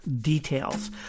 details